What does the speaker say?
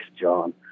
John